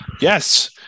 Yes